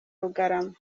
rugarama